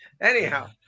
Anyhow